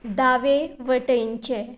दावे वटेनचें